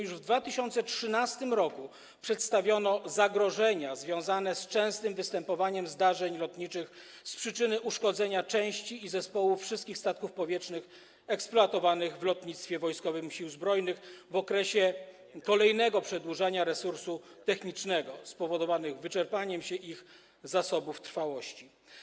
Już w 2013 r. przedstawiono zagrożenia związane z częstym występowaniem zdarzeń lotniczych z przyczyny uszkodzenia części i zespołów wszystkich statków powietrznych eksploatowanych w lotnictwie wojskowym Sił Zbrojnych w okresie kolejnego przedłużania resursu technicznego spowodowanego wyczerpaniem się ich zasobów trwałości.